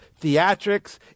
theatrics